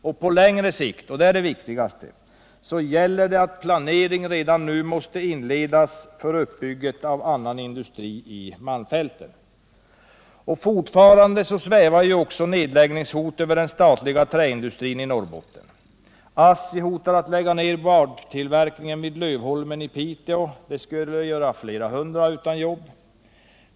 Och på längre sikt — det är det viktigaste — gäller det att planering redan nu måste inledas för utbyggande av annan industri i malmfälten. Fortfarande svävar också nedläggningshot över den statliga träindustrin i Norrbotten. ASSI hotar att lägga ner boardtillverkningen vid Lövholmen i Piteå; det skulle göra flera hundra utan jobb.